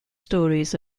stories